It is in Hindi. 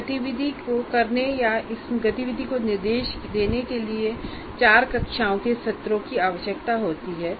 इस गतिविधि को करने या इस गतिविधि को निर्देश देने के लिए चार कक्षाओं के सत्रों की आवश्यकता होती है